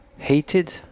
Hated